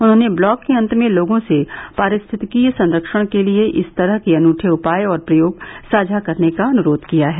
उन्होंने ब्लॉग के अंत में लोगों से पारिस्थितिकीय के संरक्षण के लिए इस तरह के अनूठे उपाय और प्रयोग साझा करने का अनुरोध किया है